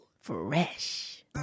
Fresh